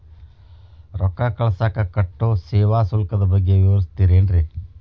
ರೊಕ್ಕ ಕಳಸಾಕ್ ಕಟ್ಟೋ ಸೇವಾ ಶುಲ್ಕದ ಬಗ್ಗೆ ವಿವರಿಸ್ತಿರೇನ್ರಿ?